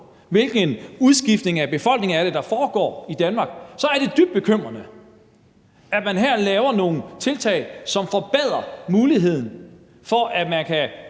hvilken udskiftning af befolkningen der foregår i Danmark, så er det dybt bekymrende, at man her gør nogle tiltag, som forbedrer muligheden for, at man kan